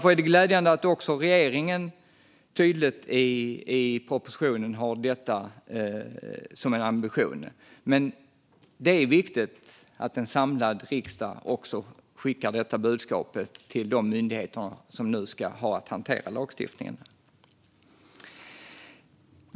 Det är glädjande att också regeringen i propositionen tydligt har detta som ambition, men det är viktigt att också en samlad riksdag skickar detta budskap till de myndigheter som nu har att hantera lagstiftningen.